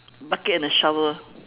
bucket and a shovel